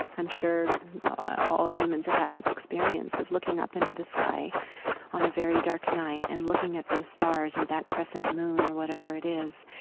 i'm sure all humans have had this experience of looking up into the sky on a very dark night and looking at those stars or that crescent moon or whatever it is.